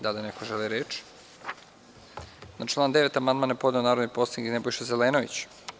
Da li neko želi reč? (Ne.) Na član 9. amandman je podneo narodni poslanik Nebojša Zelenović.